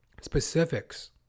specifics